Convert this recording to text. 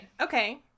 Okay